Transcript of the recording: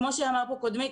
כמו שאמר פה קודמי,